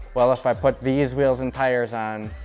well, if i put these wheels and tires on,